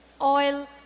oil